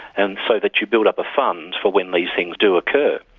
and so that you build up a fund for when these things do occur.